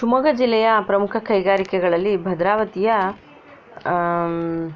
ಶಿವಮೊಗ್ಗ ಜಿಲ್ಲೆಯ ಪ್ರಮುಖ ಕೈಗಾರಿಕೆಗಳಲ್ಲಿ ಭದ್ರಾವತಿಯ